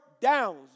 downs